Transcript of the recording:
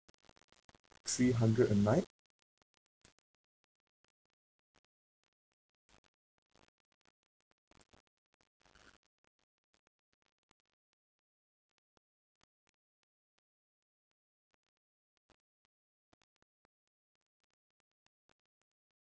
three hundred a night